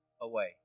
away